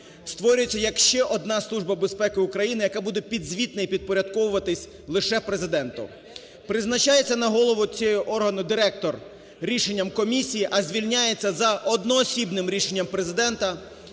створюється як ще одна Служба безпеки України, яка буде підзвітна і підпорядковуватися лише Президенту. Призначає на голову цього органу директор рішення комісії, а звільняється за одноосібним рішенням Президента,